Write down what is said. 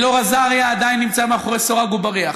אלאור אזריה עדיין נמצא מאחורי סורג ובריח,